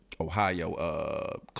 Ohio